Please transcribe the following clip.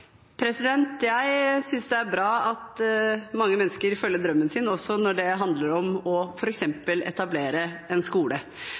Jeg syns det er bra at mange mennesker følger drømmen sin, også når det handler om f.eks. å etablere en skole.